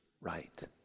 right